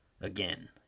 again